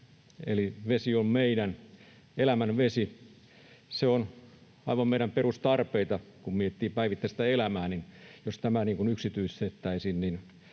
eli Vesi on meidän, elämän vesi. Se on aivan meidän perustarpeita, kun miettii päivittäistä elämää, eli jos se yksityistettäisiin